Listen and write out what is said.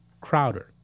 Crowder